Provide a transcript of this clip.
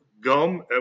gum